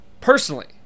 personally